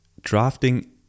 drafting